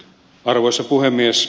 arvoisa puhemies